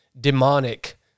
demonic